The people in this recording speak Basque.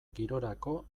girorako